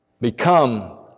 become